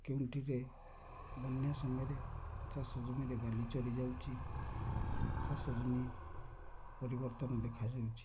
କେଉଁଠିରେ ବନ୍ୟା ସମୟରେ ଚାଷ ଜମିରେ ବାଲି ଚରିଯାଉଛି ଚାଷ ଜମି ପରିବର୍ତ୍ତନ ଦେଖାଯାଉଛି